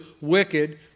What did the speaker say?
wicked